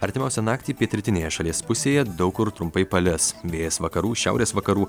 artimiausią naktį pietrytinėje šalies pusėje daug kur trumpai palis vėjas vakarų šiaurės vakarų